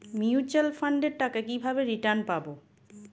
Mutual ফান্ডের টাকা কিভাবে রিটার্ন পাব?